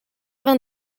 vingt